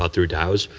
ah through daos,